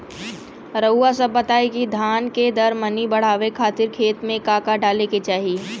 रउआ सभ बताई कि धान के दर मनी बड़ावे खातिर खेत में का का डाले के चाही?